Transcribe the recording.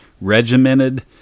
regimented